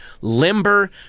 limber